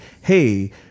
hey